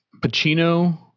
pacino